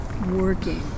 working